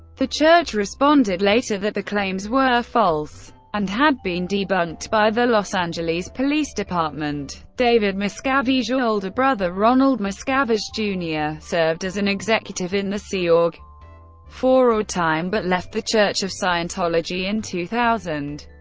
the church responded later that the claims were false and had been debunked by the los angeles police department. david miscavige's older brother ronald miscavige, jr. served as an executive in the sea org for a time, but left the church of scientology in two thousand.